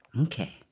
Okay